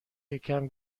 یکم